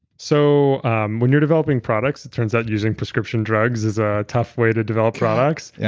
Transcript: so um when you're developing products, it turns out using prescription drugs is a tough way to develop products, yeah